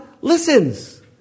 listens